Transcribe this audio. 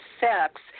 sex